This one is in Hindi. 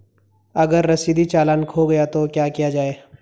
अगर रसीदी चालान खो गया तो क्या किया जाए?